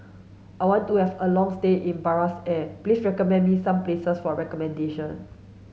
I want to have a long stay in Buenos Aires Please recommend me some places for accommodation